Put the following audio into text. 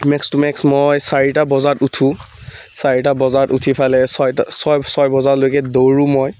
max to max মই চাৰিটা বজাত উঠোঁ চাৰিটা বজাত উঠি পেলাই ছয়টা ছয় ছয় বজালৈকে দৌৰোঁ মই